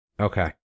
Okay